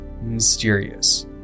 mysterious